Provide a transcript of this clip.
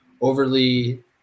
overly